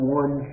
one